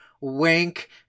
Wink